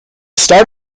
start